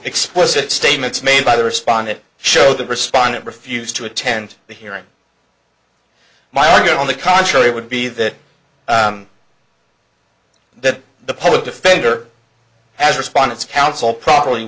explicit statements made by the respondent show the respondent refused to attend the hearing my argued on the contrary would be that that the public defender as respondents counsel properly